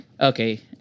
Okay